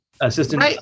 Assistant